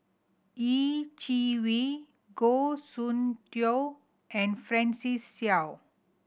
Yeh Chi Wei Goh Soon Tioe and Francis Seow